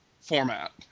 format